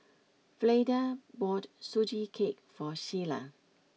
Fleda bought Sugee Cake for Shiela